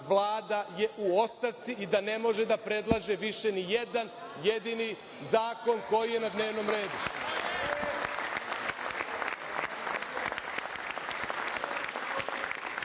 Vlada u ostavci i da ne može da predlaže više nijedan jedini zakon koji je na dnevnom